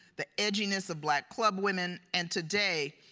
the edginess of black club women. and today,